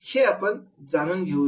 हे जाणून घेऊया